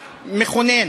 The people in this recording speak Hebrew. מכונן.